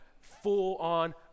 full-on